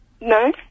No